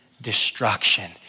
Destruction